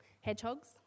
hedgehogs